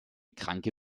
kranke